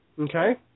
Okay